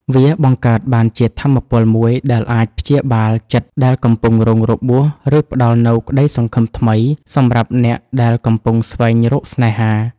វាបង្កើតបានជាថាមពលមួយដែលអាចព្យាបាលចិត្តដែលកំពុងរងរបួស ឬផ្ដល់នូវក្តីសង្ឃឹមថ្មីសម្រាប់អ្នកដែលកំពុងស្វែងរកស្នេហា។